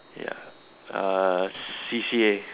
ya err C_C_A